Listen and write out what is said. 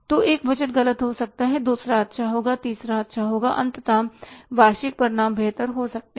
तो एक बजट गलत हो जाता है दूसरा अच्छा होगा तीसरा अच्छा करेगा अंततः वार्षिक परिणाम बेहतर हो सकते हैं